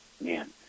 man